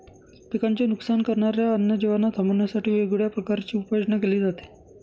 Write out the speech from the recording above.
पिकांचे नुकसान करणाऱ्या अन्य जीवांना थांबवण्यासाठी वेगवेगळ्या प्रकारची उपाययोजना केली जाते